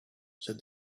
said